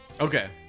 okay